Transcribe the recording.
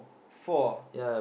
four